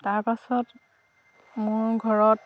তাৰপাছত মোৰ ঘৰত